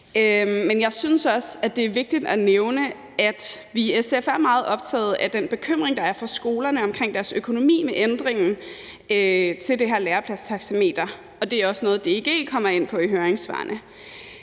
men jeg synes også, at det er vigtigt at nævne, at vi i SF er meget optagede af den bekymring, der er i forhold til skolerne omkring deres økonomi med ændringen til det her lærepladstaxameter, og det er også noget, DEG kommer ind på i høringssvarene.